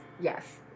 Yes